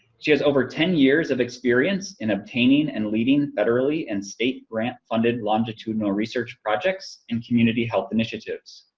she has over ten years of experience in obtaining and leading federally and state grant funded longitudinal research projects, and community health initiatives.